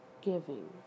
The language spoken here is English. giving